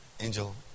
Angel